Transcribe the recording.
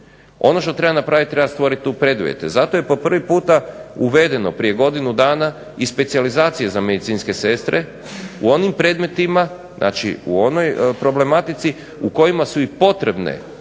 Ono što treba napraviti, treba stvoriti tu preduvjete, zato je po prvi puta uvedeno prije godinu i specijalizacija za medicinske sestre, u onim predmetima, znači u onoj problematici u kojima su i potrebne dodatne